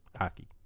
hockey